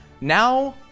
now